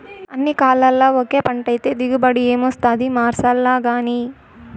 అన్ని కాలాల్ల ఒకే పంటైతే దిగుబడి ఏమొస్తాది మార్సాల్లగానీ